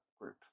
group